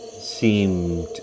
seemed